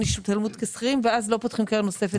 ההשתלמות כשכירים ואז לא פותחים קרן נוספת.